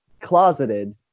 closeted